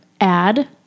add